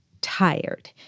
tired